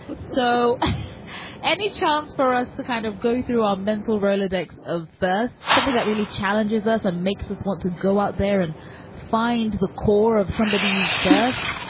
so any chance for us to kind of go through our mental rolodex of first something that really challenges us, ah makes us want to go out there and find the core of somebodies thirst?